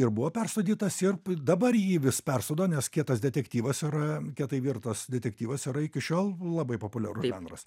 ir buvo persūdytas ir dabar jį vis persūdo nes kietas detektyvas yra kietai virtas detektyvas yra iki šiol labai populiarus žanras